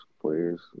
players